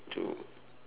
to